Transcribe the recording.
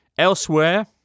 Elsewhere